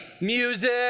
Music